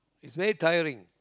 it's very tiring